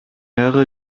mehrere